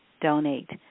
donate